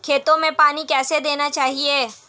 खेतों में पानी कैसे देना चाहिए?